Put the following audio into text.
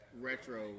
retro